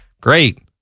great